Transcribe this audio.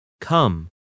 Come